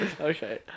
Okay